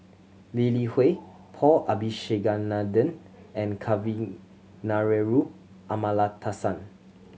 Lee Li Hui Paul Abisheganaden and Kavignareru Amallathasan